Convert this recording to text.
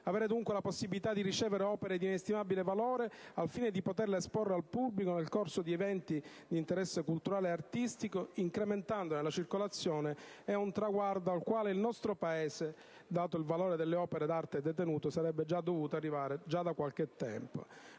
Avere dunque la possibilità di ricevere opere d'inestimabile valore al fine di poterle esporre al pubblico nel corso di eventi d'interesse culturale e artistico, incrementandone la circolazione, è un traguardo al quale il nostro Paese, dato il valore delle opere d'arte detenute, sarebbe dovuto arrivare già da qualche tempo.